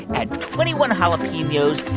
add twenty one jalapenos,